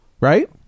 right